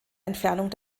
entfernung